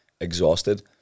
exhausted